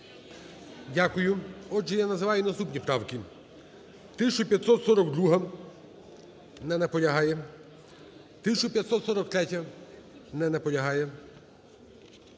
Дякую. Отже, я називаю наступні правки. 1542-а. Не наполягає. 1543-я. Не наполягає.